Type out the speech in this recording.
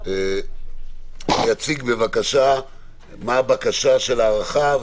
שיציג מה הבקשה של הארכה,